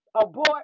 abort